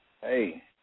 Hey